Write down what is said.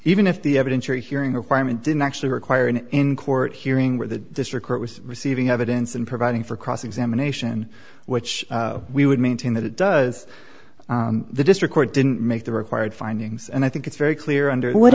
even if the evidence you're hearing requirement didn't actually require an in court hearing where the district court was receiving evidence and providing for cross examination which we would maintain that it does the district court didn't make the required findings and i think it's very clear under what